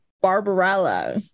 Barbarella